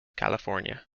california